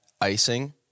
icing